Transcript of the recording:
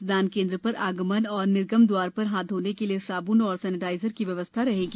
मतदान केन्द्र र आगमन और निर्गम दवार र हाथ धोने के लिए साबन और सैनेटाइजर की व्यवस्था रहेगी